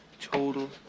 Total